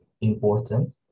important